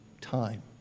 time